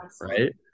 right